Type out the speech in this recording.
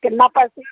कितना पैसे